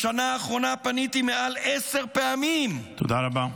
בשנה האחרונה פניתי מעל עשר פעמים, תודה רבה.